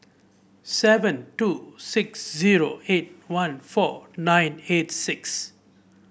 seven two six zero eight one four nine eight six